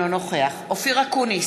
אינו נוכח אופיר אקוניס,